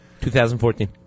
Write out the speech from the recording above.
2014